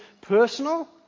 personal